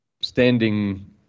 standing